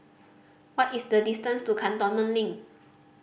what is the distance to Cantonment Link